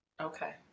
okay